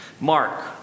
Mark